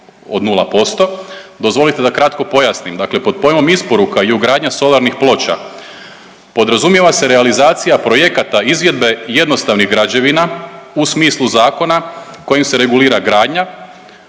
od 0% dozvolite da kratko pojasnim. Dakle pod pojmom isporuka i ugradnja solarnih ploča podrazumijeva se realizacija projekata izvedbe jednostavnih građevina u smislu zakona kojim se regulira gradnja,